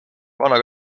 vana